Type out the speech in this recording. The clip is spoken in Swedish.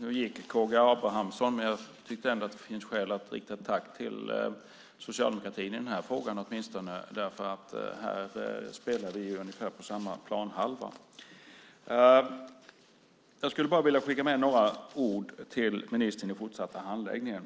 Nu gick K G Abramsson från kammaren. Men jag tycker ändå att det finns skäl att rikta ett tack till Socialdemokraterna åtminstone i den här frågan. Här spelar vi ungefär på samma planhalva. Jag skulle vilja skicka med några ord till ministern i den fortsatta handläggningen.